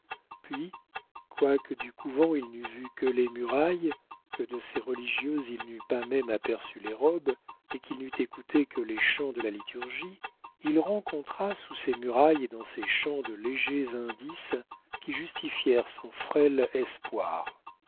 puis quoique du couvent il n'eût vu que les murailles que de ces religieuses il n'eût pas même aperçu les robes et qu'il n'eût écouté que les chants de la liturgie il rencontra sous ces murailles et dans ces chants de légers indices qui justifièrent son frêle espoir